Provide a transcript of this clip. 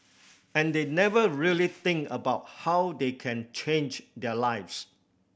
and they never really think about how they can change their lives